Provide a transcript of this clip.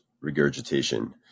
regurgitation